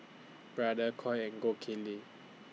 Brother Koi and Gold Kili